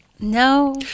No